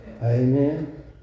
Amen